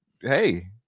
hey